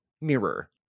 mirror